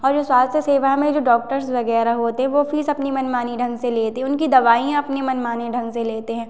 और जो स्वास्थ सेवा में जो डॉक्टर्स वगैरह होते हैं वो फीस अपनी मनमानी ढंग से लेते हैं उनकी दवाइयाँ अपनी मनमानी ढंग से लेते हैं